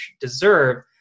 deserve